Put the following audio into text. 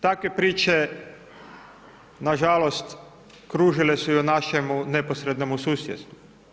Takve priče, nažalost, kružile su i u našemu neposrednome susjedstvu.